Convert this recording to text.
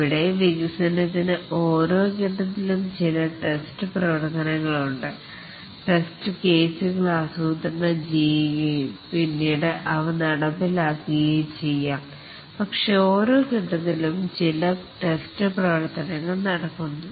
ഇവിടെ വികസനത്തിന് ഓരോ ഫേസ് ത്തിലും ചില ടെസ്റ്റ് പ്രവർത്തനങ്ങൾ ഉണ്ട് ടെസ്റ്റ് കേസുകൾ ആസൂത്രണം ചെയ്യുകയും പിന്നീട് അവ നടപ്പിലാക്കുകയും ചെയ്യാം പക്ഷേ ഓരോ ഫേസ് ത്തിലും ചില ടെസ്റ്റ് പ്രവർത്തനങ്ങൾ നടക്കുന്നു